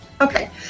Okay